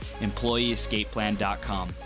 EmployeeEscapePlan.com